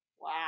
Wow